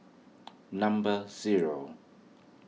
number zero